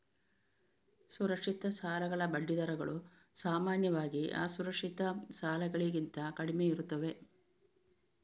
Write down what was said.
ಸುರಕ್ಷಿತ ಸಾಲಗಳ ಬಡ್ಡಿ ದರಗಳು ಸಾಮಾನ್ಯವಾಗಿ ಅಸುರಕ್ಷಿತ ಸಾಲಗಳಿಗಿಂತ ಕಡಿಮೆಯಿರುತ್ತವೆ